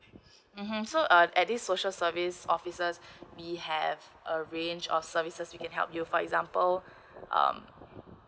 mmhmm so uh at this social service officers we have a range of services we can help you for example um